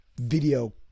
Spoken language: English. video